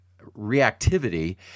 reactivity